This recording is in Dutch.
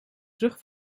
terug